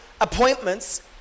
appointments